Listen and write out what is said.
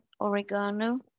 oregano